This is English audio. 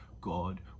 God